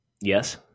yes